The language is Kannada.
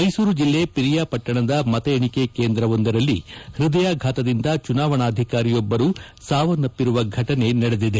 ಮೈಸೂರು ಜಿಲ್ಲೆ ಪಿರಿಯಾಪಟ್ಟಣದ ಮತ ಎಣಿಕೆ ಕೇಂದ್ರವೊಂದರಲ್ಲಿ ಹೃದಯಘಾತವಾಗಿ ಚುನಾವಣಾಧಿಕಾರಿ ಸಾವನ್ನಪ್ಪಿರುವ ಫಟನೆ ನಡೆದಿದೆ